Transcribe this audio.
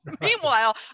meanwhile